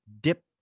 dip